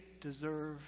deserve